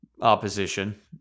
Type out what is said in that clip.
opposition